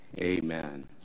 Amen